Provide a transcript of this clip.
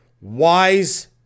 wise